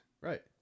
right